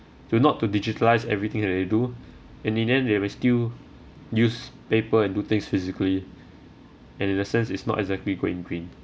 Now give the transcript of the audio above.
to not to digitalise everything that they do in the end they will still use paper and do things physically and in the sense is not exactly going green